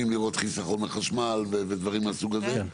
לראות חסכון בחשמל ודברים מהסוג הזה?